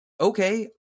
okay